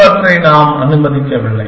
சிலவற்றை நாம் அனுமதிக்கவில்லை